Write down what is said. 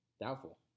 Doubtful